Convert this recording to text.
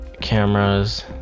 cameras